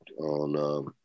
on